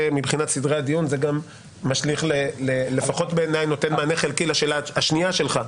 זה מבחינת סדרי הדיון לפחות בעיניי נותן מענה חלקי לשאלה השנייה שלך,